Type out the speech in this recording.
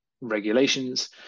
regulations